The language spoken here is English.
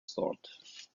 thought